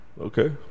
Okay